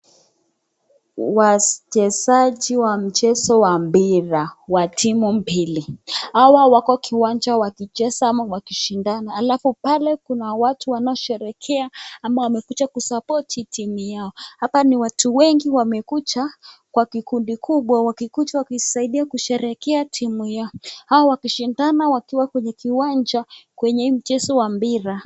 Wachezaji wa mchezo wa mpira wa timu mbili. Hawa wako kwa kiwanja wakicheza ama wakishindana. Alafu pale kuna watu wanaosherehekea ama wamekuja kusapoti timu yao. Hapa ni watu wengi wamekuja kwa kikundi kubwa, wakikuja wakisaidia kusherehekea timu yao. Hawa wakishindana wakiwa kwenye kiwanja kwenye mchezo wa mpira.